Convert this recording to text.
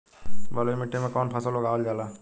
बलुई मिट्टी में कवन फसल उगावल जाला?